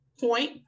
point